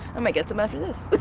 i might get some after this.